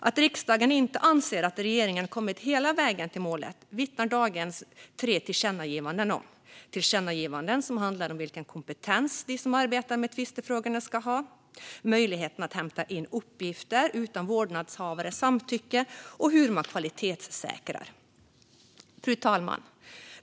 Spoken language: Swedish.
Att riksdagen inte anser att regeringen har kommit hela vägen till mål vittnar dagens tre tillkännagivanden om. Det är tillkännagivanden som handlar om vilken kompetens de som arbetar med tvistefrågorna ska ha, om möjligheterna att hämta in uppgifter utan vårdnadshavarens samtycke och om hur man kvalitetssäkrar. Fru talman!